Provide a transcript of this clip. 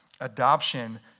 Adoption